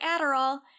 Adderall